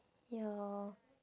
ya